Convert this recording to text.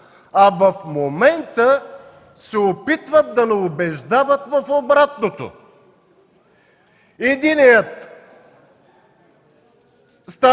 а в момента се опитват да ме убеждават в обратното. Единият става